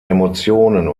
emotionen